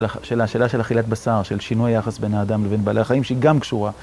השאלה של אכילת בשר, של שינוי היחס בין האדם לבין בעלי החיים שהיא גם קשורה